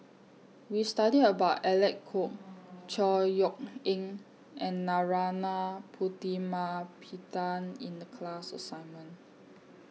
We studied about Alec Kuok Chor Yeok Eng and Narana Putumaippittan in The class assignment